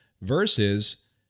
versus